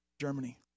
Germany